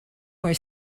were